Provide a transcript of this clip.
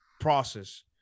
process